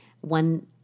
one